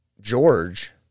George